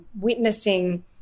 witnessing